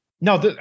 No